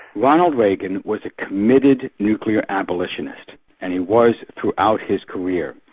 ronald reagan was a committed nuclear abolitionist and he was throughout his career.